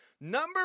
Number